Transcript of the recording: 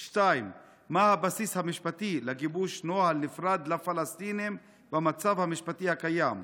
2. מה הבסיס המשפטי לגיבוש נוהל נפרד לפלסטינים במצב המשפטי הקיים?